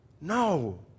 No